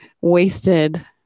wasted